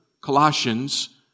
Colossians